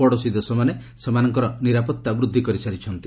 ପଡ଼ୋଶୀ ଦେଶମାନେ ସେମାନଙ୍କର ନିରାପତ୍ତା ବୃଦ୍ଧି କରିସାରିଛନ୍ତି